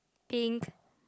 pink